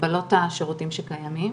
במגבלות השירותים שקיימים.